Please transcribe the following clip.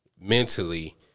mentally